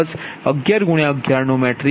તેથી ZBUS 11 × 11 matrix નો હશે